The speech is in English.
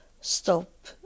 stop